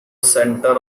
centre